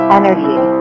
energy